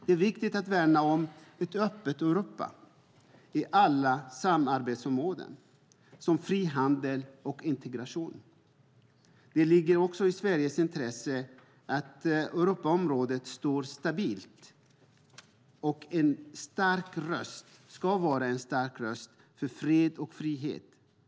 Det är viktigt att värna om ett öppet Europa i alla samarbetsområden, som fri handel och integration. Det ligger i Sveriges intresse att Europa står stabilt. Det ska vara en stark röst för fred och frihet.